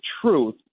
truth